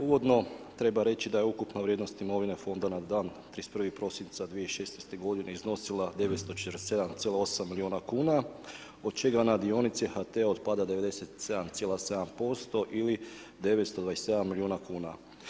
Uvodno treba reći da je ukupna vrijednost imovine fonda na dan 31. prosinca 2016. godine iznosila 947,8 milijuna kuna od čega na dionice HT-a otpada 97,7% ili 927 milijuna kuna.